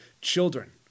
children